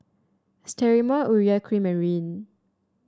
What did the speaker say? Sterimar Urea Cream Marry